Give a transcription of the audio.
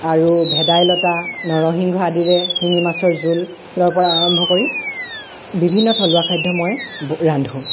আৰু ভেদাইলতা নৰসিংহ আদিৰে শিঙি মাছৰ জোলৰ পৰা আৰম্ভ কৰি বিভিন্ন থলুৱা খাদ্য মই ব ৰান্ধো